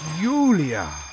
Yulia